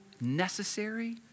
necessary